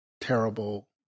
terrible